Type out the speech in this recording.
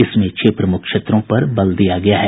इसमें छह प्रमुख क्षेत्रों पर जोर दिया गया है